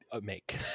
make